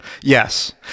yes